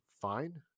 Fine